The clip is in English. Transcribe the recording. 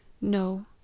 No